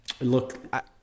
look